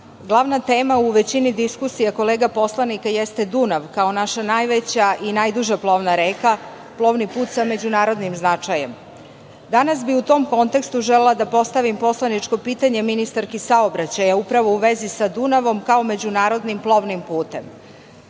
glavna tema u većini diskusija kolega poslanika jeste Dunav kao naša najveća i najduža plovna reka, plovni put sa međunarodnim značajem. Danas bih u tom konstekstu želela da postavim poslaničko pitanje ministarki saobraćaja, upravo u vezi sa Dunavom, kao međunarodnim plovnim putem.